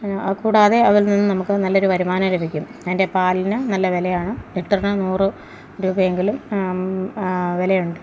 അത് കൂടാതെ അതിൽ നിന്ന് നമുക്ക് നല്ലൊരു വരുമാനവും ലഭിക്കും അതിന്റെ പാലിന് നല്ല വിലയാണ് ലിറ്ററിന് നൂറ് രൂപയെങ്കിലും വിലയുണ്ട്